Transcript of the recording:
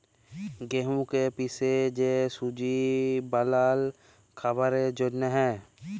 গেঁহুকে পিসে যে সুজি বালাল খাবারের জ্যনহে